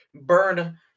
burn